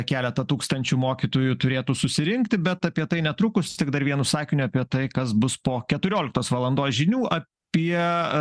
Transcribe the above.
keletą tūkstančių mokytojų turėtų susirinkti bet apie tai netrukus tik dar vienu sakiniu apie tai kas bus po keturioliktos valandos žinių apie